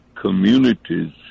communities